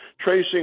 tracing